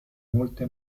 molte